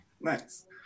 Nice